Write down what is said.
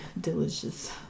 delicious